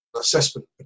assessment